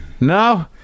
No